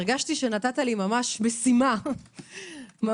הרגשתי שנתת לי משימה ממש,